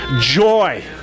joy